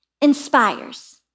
inspires